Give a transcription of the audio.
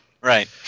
Right